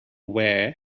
where